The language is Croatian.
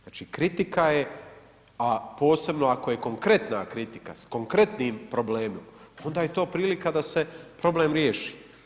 Znači kritika je a posebno ako je konkretna kritika, s konkretnim problemima onda je to prilika da se problem riješi.